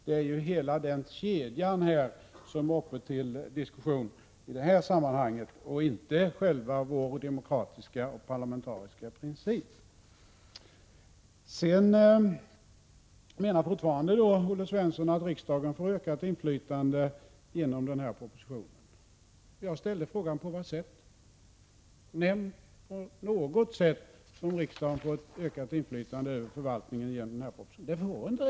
Det är hela den kedjan som är uppe till diskussion i detta sammanhang, och inte själva vår demokratiska och parlamentariska princip. Olle Svensson menar fortfarande att riksdagen får ökat inflytande genom denna proposition. Jag frågade på vad sätt. Nämn något sätt på vilket riksdagen får ett ökat inflytande över förvaltningen genom denna proposition!